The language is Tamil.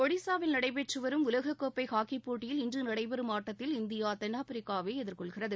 ஒடிசாவில் நடைபெறும் ஆடவர் உலக கோப்பை ஹாக்கிப் போட்டியில் இன்று நடைபெறும் ஆட்டத்தில் இந்தியா தென்னாப்பிரிக்கா வை எதிர்கொள்கிறது